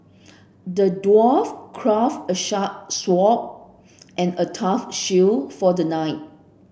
the dwarf crafted a sharp sword and a tough shield for the knight